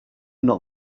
not